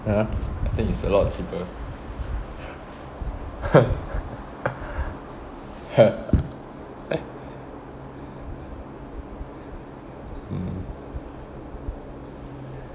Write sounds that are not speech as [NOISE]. ah I think it's a lot cheaper [LAUGHS] mm